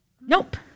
Nope